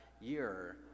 year